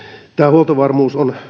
huoltovarmuus on